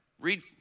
Read